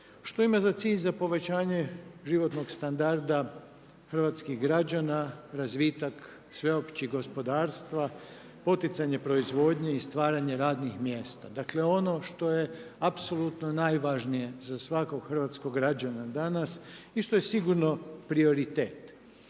što ima za cilj povećanje životnog standarda hrvatskih građana, razvitak sveopći gospodarstva, poticanje proizvodnje i stvaranje radnih mjesta. Dakle, ono što je apsolutno najvažnije za svakog hrvatskog građana danas i što je sigurno prioritet.